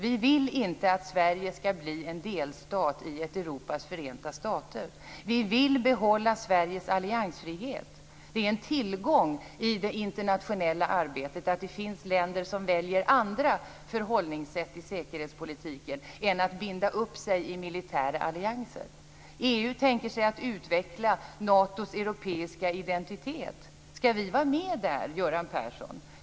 Vi vill inte att Sverige skall bli en delstat i ett Europas förenta stater. Vi vill behålla Sveriges alliansfrihet. Det är en tillgång i det internationella arbetet att det finns länder som väljer andra förhållningssätt i säkerhetspolitiken än att binda upp sig i militära allianser. EU tänker sig att utveckla Natos europeiska identitet. Skall vi vara med där, Göran Persson?